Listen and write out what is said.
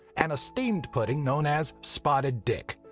and a steamed pudding known as spotted dick.